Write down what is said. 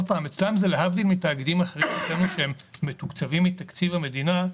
להבדיל מתאגידים אחרים שהם מתוקצבים מתקציב המדינה,